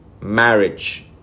marriage